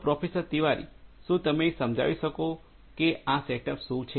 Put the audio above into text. તો પ્રોફેસર તિવારી શું તમે સમજાવી શકો કે આ સેટઅપ શું છે